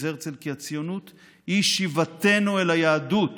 הרצל כי הציונות היא שיבתנו אל היהדות